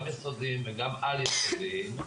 גם יסודיים וגם על יסודיים,